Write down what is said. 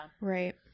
Right